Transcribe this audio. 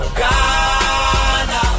Ghana